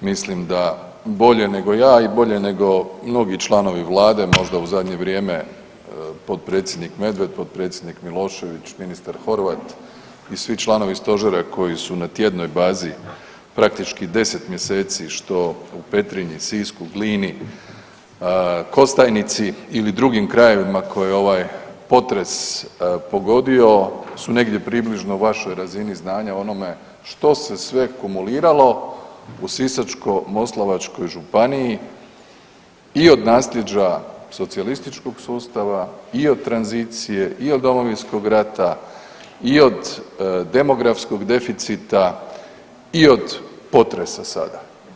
mislim da bolje nego ja i bolje nego mnogi članovi vlade možda u zadnje vrijeme, potpredsjednik Medved, potpredsjednik Milošević, ministar Horvat i svi članovi stožera koji su na tjednoj bazi, praktički 10 mjeseci, što u Petrinji, Sisku, Glini, Kostajnici ili drugim krajevima koje je ovaj potres pogodio su negdje približno u vašoj razini znanja o onome što se sve kumuliralo u Sisačko-moslavačkoj županiji i od nasljeđa socijalističkog sustava i od tranzicije i od Domovinskog rata i od demografskog deficita i od potresa sada.